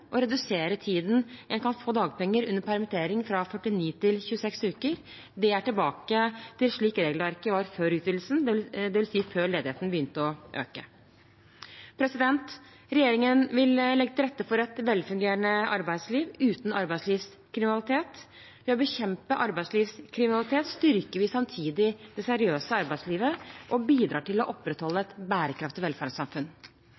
å redusere tiden en kan få dagpenger under permittering, fra 49 til 26 uker. Det er tilbake til slik regelverket var før utvidelsen, dvs. før ledigheten begynte å øke. Regjeringen vil legge til rette for et velfungerende arbeidsliv, uten arbeidslivskriminalitet. Ved å bekjempe arbeidslivskriminalitet styrker vi samtidig det seriøse arbeidslivet og bidrar til å opprettholde